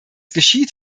geschieht